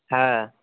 হ্যাঁ